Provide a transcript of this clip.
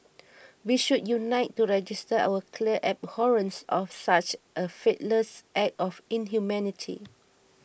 we should unite to register our clear abhorrence of such a faithless act of inhumanity